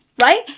right